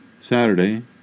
Saturday